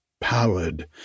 pallid